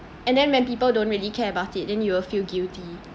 and then when people don't really care about it then you will feel guilty